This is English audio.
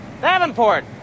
Davenport